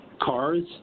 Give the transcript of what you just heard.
cars